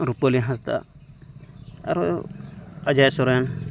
ᱨᱩᱯᱟᱹᱞᱤ ᱦᱟᱸᱥᱫᱟ ᱟᱨᱚ ᱚᱡᱚᱭ ᱥᱚᱨᱮᱱ